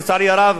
לצערי הרב,